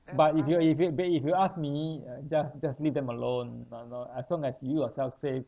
but if you if you but if you ask me uh just just leave them alone you know as long as you yourself safe